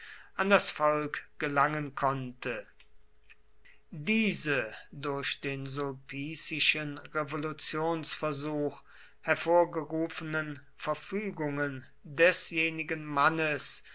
für das zwölfmonatliche jahr ward diese durch den sulpicischen revolutionsversuch hervorgerufenen verfügungen desjenigen mannes